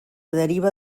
deriva